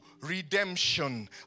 redemption